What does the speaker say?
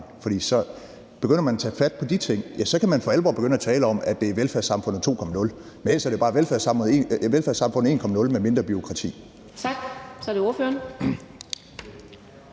For begynder man at tage fat på de ting, kan man for alvor begynde at tale om, at det er velfærdssamfundet 2.0 – ellers er det bare velfærdssamfundet 1.0 med mindre bureaukrati. Kl. 15:24 Fjerde